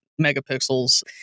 megapixels